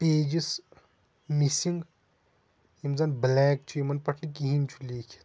پیجس missing یِم زَن blank چھِ یِمَن پٮ۪ٹھ نہٕ کِہیٖنۍ چھُ لیٖکھِتھ